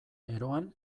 eroan